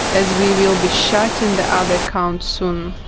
as we will be shutting the other account soon'.